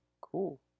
cool